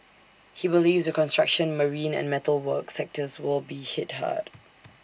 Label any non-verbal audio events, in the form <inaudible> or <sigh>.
he believes the construction marine and metal work sectors will be hit hard <noise>